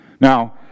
Now